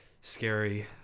scary